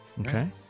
Okay